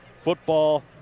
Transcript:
football